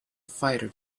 fighter